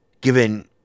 Given